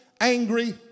angry